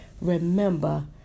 Remember